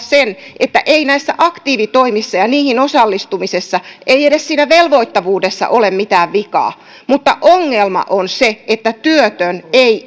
että ei näissä aktiivitoimissa ja niihin osallistumisessa eikä edes siinä velvoittavuudessa ole mitään vikaa mutta ongelma on se että työtön ei